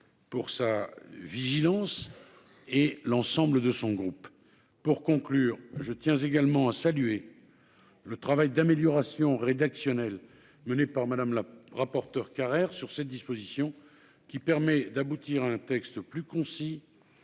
pour sa vigilance et l'ensemble de son groupe pour conclure je tiens également à saluer le travail d'amélioration rédactionnelles menée par Madame, la rapporteure Carrère sur cette disposition qui permet d'aboutir à un texte plus concis